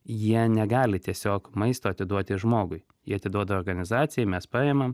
jie negali tiesiog maisto atiduoti žmogui jie atiduoda organizacijai mes paimam